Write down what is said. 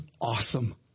awesome